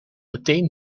meteen